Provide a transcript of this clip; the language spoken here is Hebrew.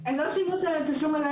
לא שילמו את התשלום,